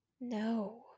No